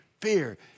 fear